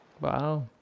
Wow